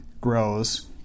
grows